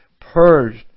purged